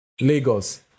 Lagos